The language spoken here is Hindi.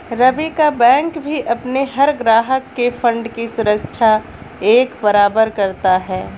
रवि का बैंक भी अपने हर ग्राहक के फण्ड की सुरक्षा एक बराबर करता है